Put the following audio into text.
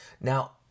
Now